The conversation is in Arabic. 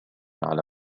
على